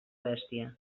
bèstia